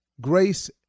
grace